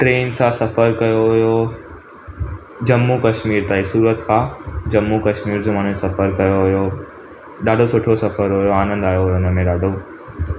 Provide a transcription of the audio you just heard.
train सां सफर कयो हुयो जम्मू कश्मीर ताईं सूरत खां जम्मू कश्मीर जो हाणे सफर कयो हुयो ॾाढो सुठो सफर हुयो आनंद आयो हुनमें ॾाढो